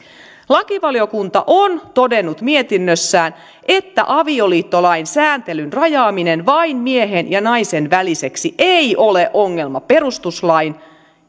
lakivaliokunta on todennut mietinnössään että avioliittolain sääntelyn rajaaminen vain miehen ja naisen väliseksi ei ole ongelma perustuslain